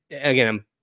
again